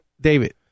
David